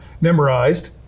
memorized